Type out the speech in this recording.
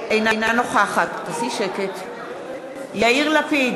אינה נוכחת יאיר לפיד,